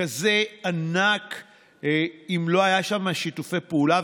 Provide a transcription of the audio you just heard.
כזה ענק אם לא היו שם שיתופי פעולה.